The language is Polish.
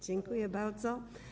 Dziękuję bardzo.